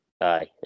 Aye